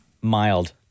Mild